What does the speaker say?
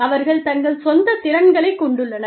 அவர்கள் தங்கள் சொந்த திறன்களைக் கொண்டுள்ளனர்